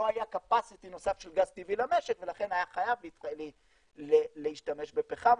לא היה קפסיטי נוסף של גז טבעי למשק ולכן היה חייב להשתמש בפחם.